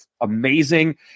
amazing